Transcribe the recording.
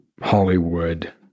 Hollywood